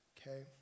Okay